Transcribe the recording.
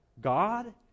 God